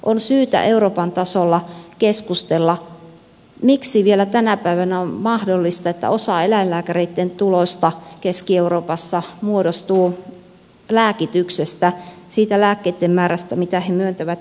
on syytä euroopan tasolla keskustella miksi vielä tänä päivänä on mahdollista että osa eläinlääkäreitten tuloista keski euroopassa muodostuu lääkityksestä niitten lääkkeitten määrästä mitä he myöntävät eläimille